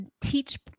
teach